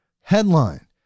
Headline